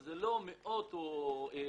זה עדיין לא מאות או אלפים,